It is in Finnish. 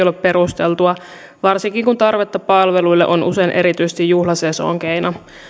ole perusteltua varsinkin kun tarvetta palveluille on usein erityisesti juhlasesonkeina